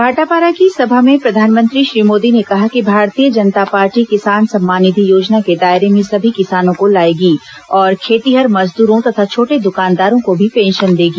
भाटापारा की सभा में प्रधानमंत्री श्री मोदी ने कहा कि भारतीय जनता पार्टी किसान सम्मान निधि योजना के दायरे में सभी किसानों को लाएगी और खेतीहर मजदूरों तथा छोटे दुकानदारों को भी पेंशन देगी